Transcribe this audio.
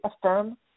affirm